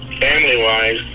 family-wise